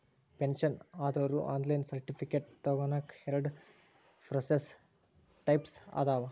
pension ಆದೋರು online certificate ತೊಗೋನಕ ಎರಡ ಪ್ರೋಸೆಸ್ ಸ್ಟೆಪ್ಸ್ ಅದಾವ